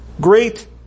great